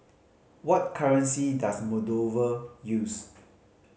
what currency does Moldova use